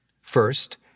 First